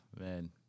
man